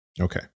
Okay